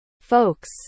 folks